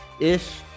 Ish